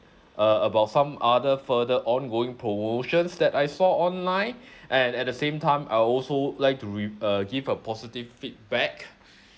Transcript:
uh about some other further ongoing promotions that I saw online and at the same time I also like to re~ uh give a positive feedback